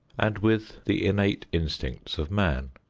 and with the innate instincts of man.